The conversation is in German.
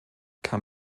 kann